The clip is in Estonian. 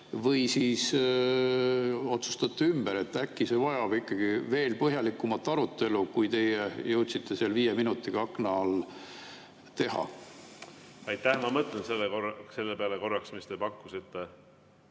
või siis otsustate ümber. Äkki see vajab ikkagi veel põhjalikumat arutelu, kui teie jõudsite viie minutiga seal akna all teha. Aitäh! Ma mõtlen selle peale korraks, mis te pakkusite.